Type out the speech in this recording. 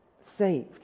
saved